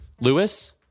Lewis